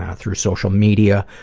yeah through social media.